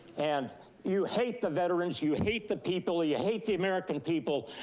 and you hate the veterans, you hate the people, you hate the american people,